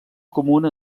comuna